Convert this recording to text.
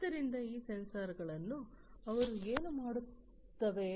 ಆದ್ದರಿಂದ ಈ ಸೆನ್ಸಾರ್ಗಳನ್ನು ಅವರು ಏನು ಮಾಡುತ್ತವೆ